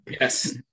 yes